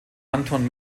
anton